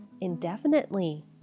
indefinitely